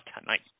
tonight